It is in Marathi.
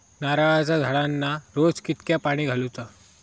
नारळाचा झाडांना रोज कितक्या पाणी घालुचा?